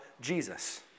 Jesus